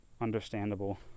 understandable